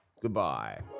Goodbye